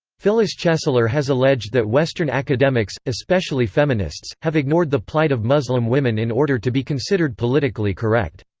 phyllis chesler has alleged that western academics, especially feminists, have ignored the plight of muslim women in order to be considered politically correct.